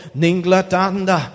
ninglatanda